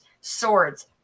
swords